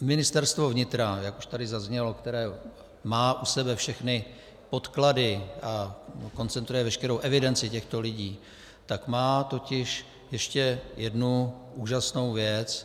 Ministerstvo vnitra, jak už tady zaznělo, které má u sebe všechny podklady a koncentruje veškerou evidenci těchto lidí, má ještě jednu úžasnou věc.